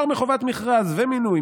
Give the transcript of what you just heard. פטור מחובת מכרז ומינוי,